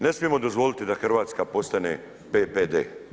Ne smijemo dozvoliti da Hrvatska postane PPD.